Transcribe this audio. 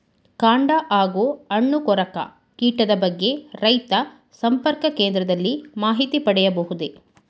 ಕಾಂಡ ಹಾಗೂ ಹಣ್ಣು ಕೊರಕ ಕೀಟದ ಬಗ್ಗೆ ರೈತ ಸಂಪರ್ಕ ಕೇಂದ್ರದಲ್ಲಿ ಮಾಹಿತಿ ಪಡೆಯಬಹುದೇ?